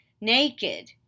naked